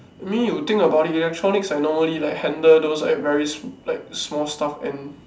I mean you think about it electronics like normally like handle those like very like small stuff and